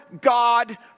God